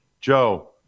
Joe